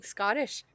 Scottish